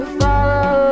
follow